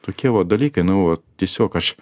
tokie vot dalykai nu vot tiesiog aš